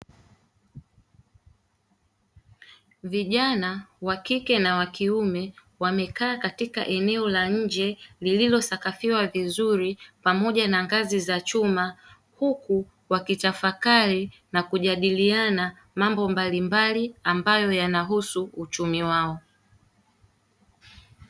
Vijana wakike na wakiume wamekaa katika eneo la nje lililosakafiwa vizuri pamoja na ngazi za chuma, huku wakitafakari na kujadiliana mambo mbalimbali ambayo yanahusu uchumi wao.